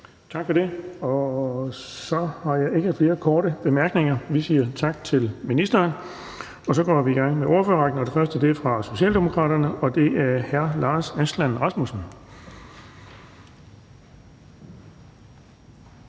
Tak for det. Så har jeg ikke flere korte bemærkninger, så vi siger tak til ministeren. Så går vi i gang med ordførerrækken, og den første er Socialdemokraternes ordfører, og det er hr. Lars Aslan Rasmussen.